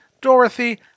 Dorothy